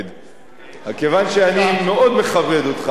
כיוון שאני מאוד מכבד אותך, וראיתי,